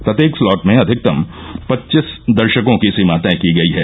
प्रत्येक स्लॉट में अधिकतम पच्चीस दर्शकों की सीमा तय की गई है